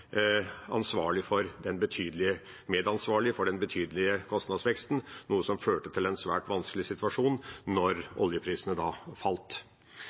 medansvarlig for den betydelige kostnadsveksten, noe som førte til en svært vanskelig situasjon da oljeprisene falt.